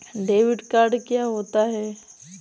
Debit card क्या होता है?